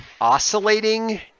oscillating